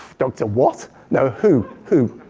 doctor what? no, who, who.